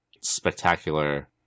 Spectacular